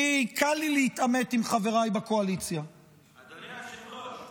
קל לי להתעמת עם חבריי בקואליציה --- אדוני היושב-ראש,